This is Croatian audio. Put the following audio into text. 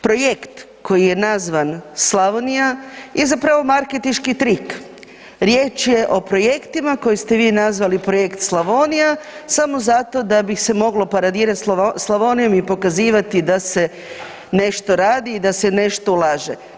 Projekt koji je nazvan Slavonija je zapravo marketinški trik, riječ je o projektima koje ste vi nazvali projekt Slavonija samo zato da bi se moglo paradirat Slavonijom i pokazivati da se nešto radi i da se nešto ulaže.